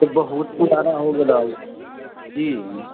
बहुत पुराना हो गेलै जी